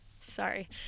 sorry